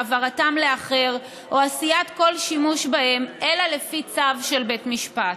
העברתם לאחר או עשיית כל שימוש בהם אלא לפי צו של בית משפט.